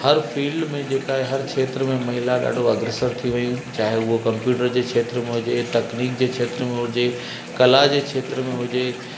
हर फील्ड में जेका हर क्षेत्र में महिला ॾाढो अग्रसर थी वयूं आहिनि चाहे उहो कंप्यूटर जे क्षेत्र में हुजे तकनीक जे क्षेत्र में हुजे कला जे क्षेत्र में हुजे